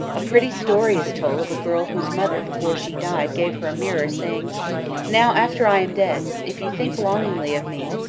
a pretty story is told of a girl whose mother before she died gave her a mirror, saying now after i am dead, if you think longingly of me,